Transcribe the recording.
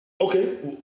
okay